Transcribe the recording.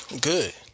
Good